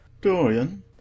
dorian